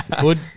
Good